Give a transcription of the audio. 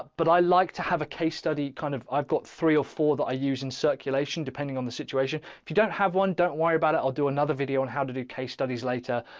but i like to have a case study kind of i've got three or four that i use. in circulation, depending on the situation, if you don't have one, don't worry about it. i'll do another video on how to do case studies later.